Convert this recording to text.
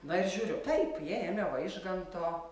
na ir žiūriu taip jie ėmė vaižganto